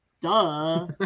duh